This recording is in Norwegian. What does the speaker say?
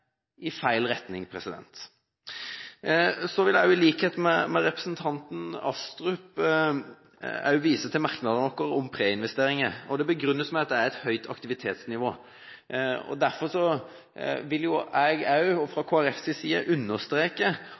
i feil retning. Jeg vil, i likhet med representanten Astrup, vise til merknadene våre om preinvesteringer. Det begrunnes med at det er et høyt aktivitetsnivå. Derfor vil jeg – også fra Kristelig Folkepartis side – understreke at det høye aktivitetsnivået og